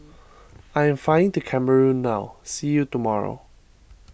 I am flying to Cameroon now see you tomorrow